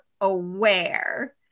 aware